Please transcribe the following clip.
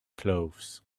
clothes